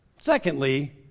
Secondly